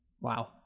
Wow